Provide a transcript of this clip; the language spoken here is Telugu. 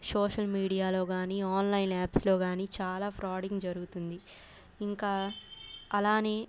సోషల్ మీడియాలో కానీ ఆన్లైన్ యాప్స్లో కానీ చాలా ఫ్రాడ్ జరుగుతుంది ఇంకా అలానే